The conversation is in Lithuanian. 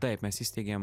taip mes įsteigėm